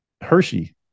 Hershey